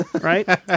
Right